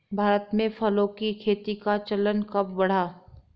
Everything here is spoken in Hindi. भारत में फलों की खेती का चलन कब बढ़ा?